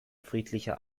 friedlicher